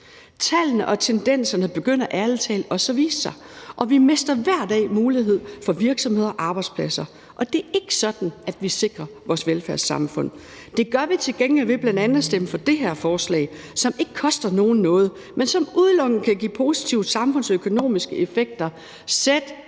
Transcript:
Tallene og tendenserne begynder ærlig talt også at vise sig, og vi mister hver dag mulighed for virksomheder og arbejdspladser, og det er ikke sådan, at vi sikrer vores velfærdssamfund. Det gør vi til gengæld ved bl.a. at stemme for det her forslag, som ikke koster nogen noget, men som udelukkende kan give positive samfundsøkonomiske effekter.